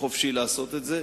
חופשי לעשות זאת,